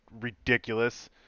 ridiculous